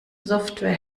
software